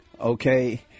Okay